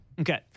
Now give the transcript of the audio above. okay